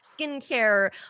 skincare